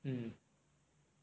mm